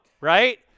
right